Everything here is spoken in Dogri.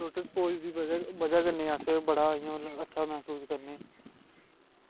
लोट्स पोज़ दी बजह कन्नै अस बड़ा इंया अच्छा महसूस करने